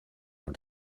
out